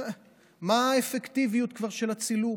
מה האפקטיביות כבר של הצילום?